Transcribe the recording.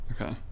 Okay